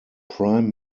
prime